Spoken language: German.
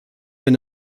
wenn